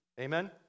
Amen